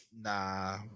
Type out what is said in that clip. Nah